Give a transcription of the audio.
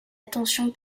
attention